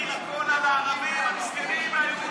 בגלל זה, בגלל זה אתמול העלית את מחיר הקולה.